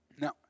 Now